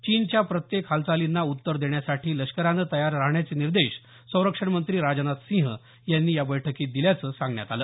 चीनच्या प्रत्येक हालचालींना उत्तर देण्यासाठी लष्करानं तयार राहण्याचे निर्देश संरक्षण मंत्री राजनाथ सिंह यांनी या बैठकीत दिल्याचं सांगण्यात आलं